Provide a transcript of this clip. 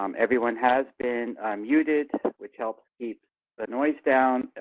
um everyone has been muted, which helps keep the noise down.